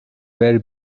very